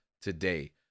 today